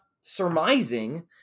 surmising